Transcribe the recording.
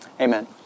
amen